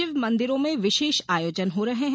शिव मंदिरों में विशेष आयोजन हो रहे हैं